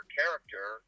character